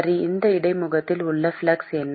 சரி அந்த இடைமுகத்தில் உள்ள ஃப்ளக்ஸ் என்ன